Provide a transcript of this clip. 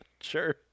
sure